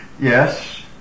Yes